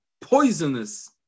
poisonous